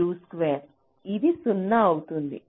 ఇది 0 అవుతుంది